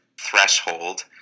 threshold